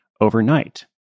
overnight